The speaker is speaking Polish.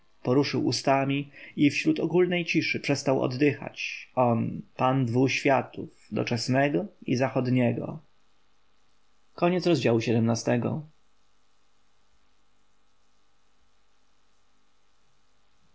poruszył ustami i wśród ogólnej ciszy przestał oddychać on pan dwu światów doczesnego i zachodniego od